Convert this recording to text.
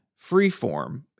Freeform